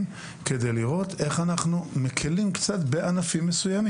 כדי לראות איך אנחנו מקלים קצת בענפים הזה.